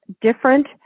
different